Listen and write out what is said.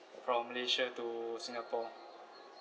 from malaysia to singapore